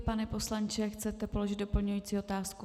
Pane poslanče, chcete položit doplňující otázku?